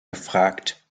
gefragt